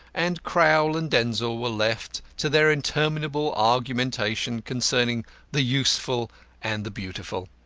and crowl and denzil were left to their interminable argumentation concerning the useful and the beautiful.